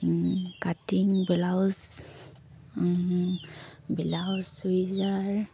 cutting blouse blouse চুইজাৰ